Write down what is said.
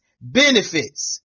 benefits